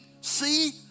see